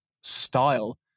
style